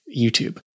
YouTube